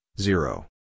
zero